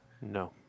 No